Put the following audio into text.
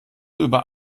über